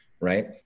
right